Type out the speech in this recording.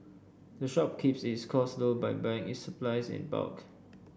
the shop keeps its costs low by buying its supplies in bulk